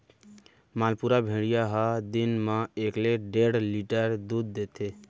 मालपुरा भेड़िया ह दिन म एकले डेढ़ लीटर दूद देथे